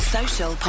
Social